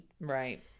Right